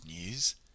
news